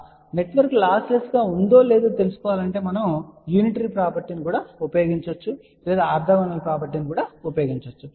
సరే నెట్వర్క్ లాస్లెస్గా ఉందో లేదో తెలుసుకోవడానికి మనం యూనిటరీ ప్రాపర్టీ ని కూడా ఉపయోగించవచ్చు లేదా ఆర్తోగోనల్ ప్రాపర్టీ ని కూడా ఉపయోగించవచ్చు